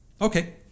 Okay